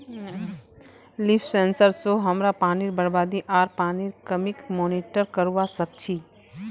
leaf sensor स हमरा पानीर बरबादी आर पानीर कमीक मॉनिटर करवा सक छी